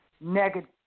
negative